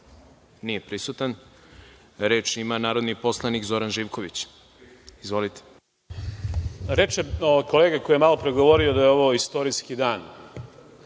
Nije prisutan. Reč ima narodni poslanik Zoran Živković. Izvolite. **Zoran Živković** Reče kolega koji je malopre govorio da je ovo istorijski dan,